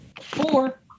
four